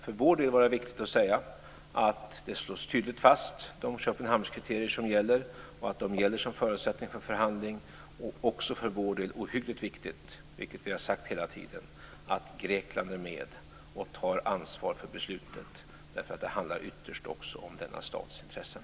För vår del var det viktigt att säga att det tydligt slås fast att det är Köpenhamnskriterierna som gäller och att de gäller som förutsättning för förhandling. Det är också ohyggligt för vår del, vilket vi har sagt hela tiden, att Grekland är med och tar ansvar för beslutet. Det handlar ytterst också om denna stats intressen.